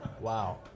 Wow